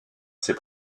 ses